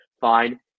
Fine